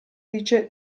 dice